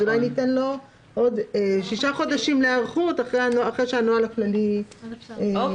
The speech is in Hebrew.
אולי ניתן לו עוד שישה חודשים להיערכות אחרי שהנוהל הכללי מוכן.